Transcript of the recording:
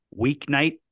weeknight